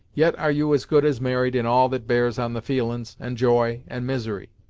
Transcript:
yet are you as good as married in all that bears on the feelin's, and joy, and misery.